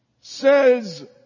says